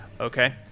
Okay